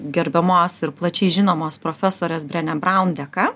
gerbiamos ir plačiai žinomos profesorės brene braun dėka